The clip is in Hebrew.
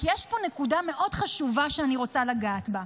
כי יש פה נקודה מאוד חשובה שאני רוצה לגעת בה.